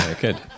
good